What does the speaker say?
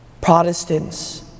Protestants